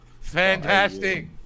Fantastic